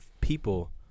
people